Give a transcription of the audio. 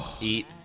Eat